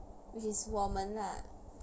which is 我们 lah